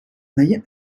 مگر